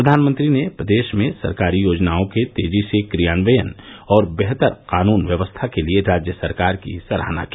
प्रधानमंत्री ने प्रदेश में सरकारी योजनाओं के तेजी से क्रियान्वयन और बेहतर कानून व्यवस्था के लिए राज्य सरकार की सराहना की